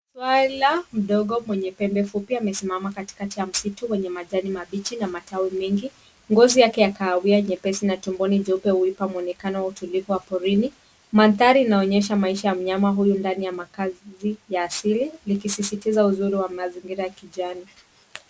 Swala mdogo mwenye pembe fupi amesimama katikati ya msitu wenye majani mabichi na matawi mengi. Ngozi yake ya kahawia nyepesi na tumboni nyeupe huipa mwonekano wa porini. Mandhari inaonyesha maisha ya mnyama huyu ndani ya makaazi ya asili likisisitiza uzuri wa mazingira ya kijani.